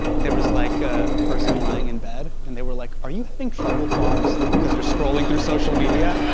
there was like, a person lying in bed and they were like, are you having trouble falling asleep because you're scrolling through social media?